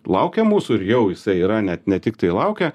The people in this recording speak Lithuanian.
laukia mūsų ir jau jisai yra net ne tiktai laukia